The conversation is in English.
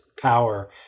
power